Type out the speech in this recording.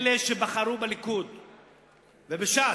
אלה שבחרו בליכוד ובש"ס,